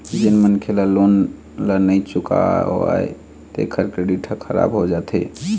जेन मनखे ह लोन ल नइ चुकावय तेखर क्रेडिट ह खराब हो जाथे